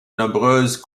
nombreuses